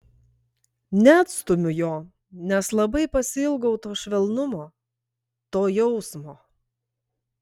neatstumiu jo nes labai pasiilgau to švelnumo to jausmo